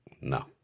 no